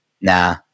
Nah